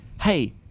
hey